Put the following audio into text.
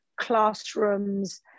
classrooms